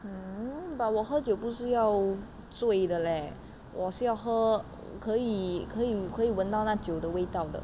no but 我喝酒不是要醉的 leh 我是要喝可以可以可以闻到那酒的味道的